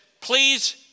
please